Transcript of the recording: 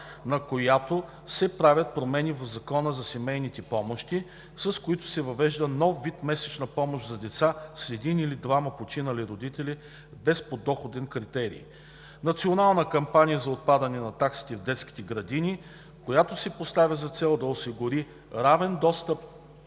на която се правят промени в Закона за семейните помощи, с които се въвежда нов вид месечна помощ за деца с един или двама починали родители без подоходен критерий. Национална кампания за отпадане на таксите в детските градини, която си поставя за цел да осигури равен достъп